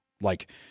like-